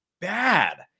bad